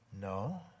No